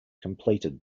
completed